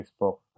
Facebook